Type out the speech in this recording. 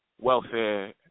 welfare